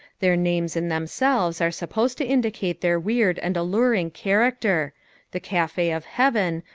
their names in themselves are supposed to indicate their weird and alluring character the cafe of heaven,